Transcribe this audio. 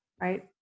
right